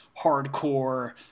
hardcore